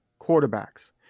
quarterbacks